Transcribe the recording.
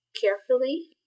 carefully